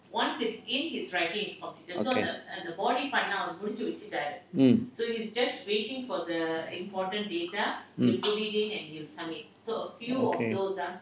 okay mm mm okay